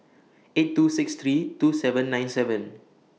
eight two six three two seven nine seven